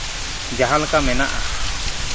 ᱡᱟᱦᱟᱸ ᱞᱮᱠᱟ ᱢᱮᱱᱟᱜᱼᱟ